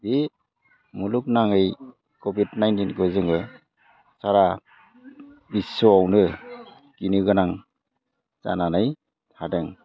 बे मुलुगनाङै कभिड नाइन्टिनखौ जोङो सारा बिश्वआवनो गिनोगोनां जानानै थादों